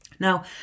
Now